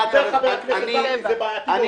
אני מצטער, חבר הכנסת כבל, זה בעייתי מאוד.